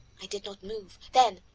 i did not move. then,